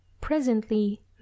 Presently